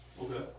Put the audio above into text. Okay